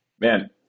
man